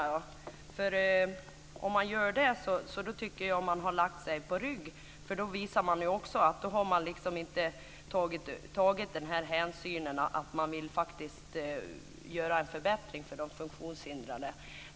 Jag tycker att de som gör det har gett upp. De visar med detta att de inte velat genomföra en förbättring för de funktionshindrade.